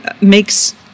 makes